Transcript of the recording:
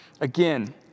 Again